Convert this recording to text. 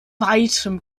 weitem